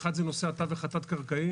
האחד זה נושא התווך התת-קרקעי.